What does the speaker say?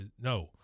No